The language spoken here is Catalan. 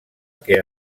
que